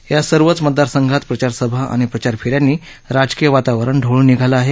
या सर्वच मतदार संघात प्रचार सभा आणि प्रचार फेऱ्यांनी राजकीय वातावरण ढवळून निघालं आहे